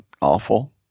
awful